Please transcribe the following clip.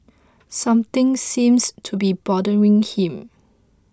something seems to be bothering him